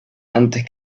antes